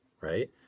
right